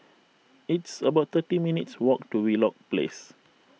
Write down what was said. it's about thirty minutes' walk to Wheelock Place